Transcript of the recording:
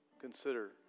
consider